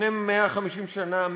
לפני 150 שנה,